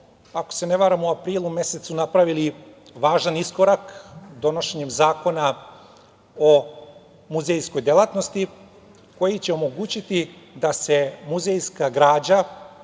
ako se ne varam, u aprilu mesecu napravili važan iskorak donošenjem Zakona o muzejskoj delatnosti, koji će omogućiti da se muzejska građana